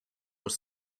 was